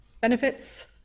benefits